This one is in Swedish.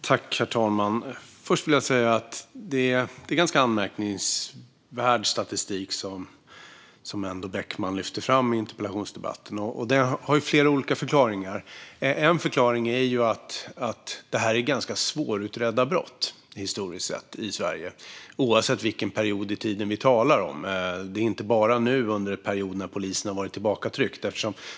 Herr talman! Först vill jag säga att det är ganska anmärkningsvärd statistik som Beckman lyfter fram i interpellationsdebatten. Det har flera olika förklaringar. En förklaring är att det här historiskt sett är ganska svårutredda brott i Sverige oavsett vilken period i tiden vi talar om. Det är inte bara nu, under en period då polisen har varit tillbakatryckt.